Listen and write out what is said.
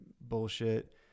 bullshit